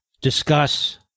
discuss